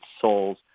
souls